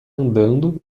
andando